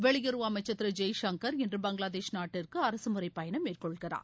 வெளியுறவு அமைச்சர் திரு ஜெய்சங்கர் இன்று பங்களாதேஷ் நாட்டிற்கு அரசு முறை பயணம் மேற்கொள்கிறார்